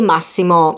Massimo